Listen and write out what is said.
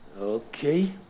Okay